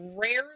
rarely